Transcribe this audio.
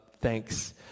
thanks